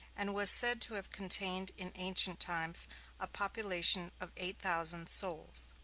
and was said to have contained in ancient times a population of eight thousand souls.